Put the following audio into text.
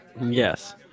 Yes